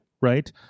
right